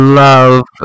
love